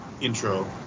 intro